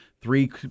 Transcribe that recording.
three